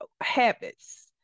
habits